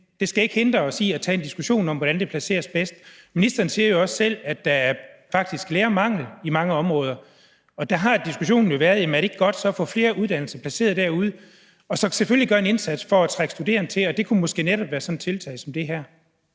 det skal ikke hindre os i at tage en diskussion om, hvordan det placeres bedst. Ministeren siger jo også selv, at der faktisk er lærermangel i mange områder. Og der har spørgsmålet jo været: Er det så ikke godt at få flere uddannelser placeret derude og selvfølgelig gøre en indsats for at trække studerende til? Det kunne måske netop være sådan et tiltag som det her,